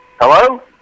Hello